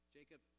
Jacob